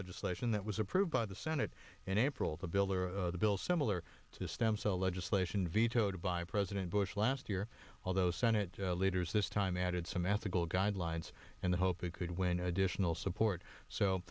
legislation that was approved by the senate in april the bill or the bill similar to stem cell legislation vetoed by president bush last year although senate leaders this time added some ethical guidelines in the hope it could win additional support so